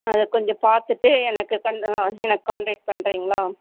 அதை கொஞ்சம் பார்த்துட்டு எனக்கு கொஞ்சம் என்ன கான்டக்ட் பண்ணுறீங்களா